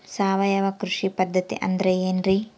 ಸಾವಯವ ಕೃಷಿ ಪದ್ಧತಿ ಅಂದ್ರೆ ಏನ್ರಿ?